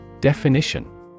Definition